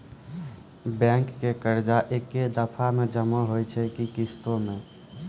Bank के कर्जा ऐकै दफ़ा मे जमा होय छै कि किस्तो मे?